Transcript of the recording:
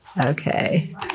Okay